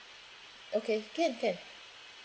okay can can